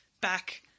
back